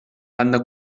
banda